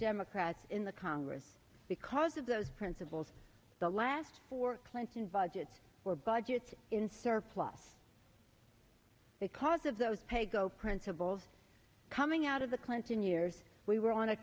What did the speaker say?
democrats in the congress because of those principles the last four clinton budgets were budgets in surplus because of those paygo principles coming out of the clinton years we were on